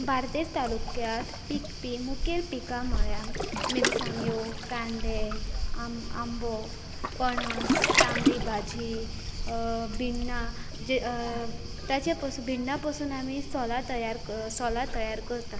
बार्देस तालुक्यांत पिकपी मुखेल पिकां म्हळ्यार मिरसांग्यो कांदे आम आंबो पणस तांबडी भाजी भिण्णां जे ताचे पसून भिण्णां पसून आमी सोला तयार सोला तयार करतात